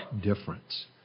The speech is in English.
difference